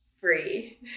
free